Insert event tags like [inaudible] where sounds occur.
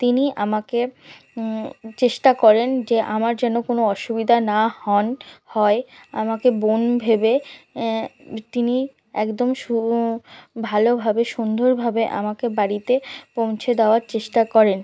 তিনি আমাকে চেষ্টা করেন যে আমার যেন কোনো অসুবিধা না হন হয় আমাকে বোন ভেবে তিনি একদম [unintelligible] ভালোভাবে সুন্দরভাবে আমাকে বাড়িতে পৌঁছে দেওয়ার চেষ্টা করেন